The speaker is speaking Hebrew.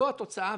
זו התוצאה,